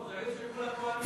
זו עיר שכולם כוהנים.